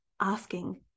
asking